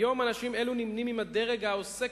היום אנשים אלו נמנים עם הדרג העוסק